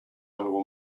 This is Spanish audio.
algo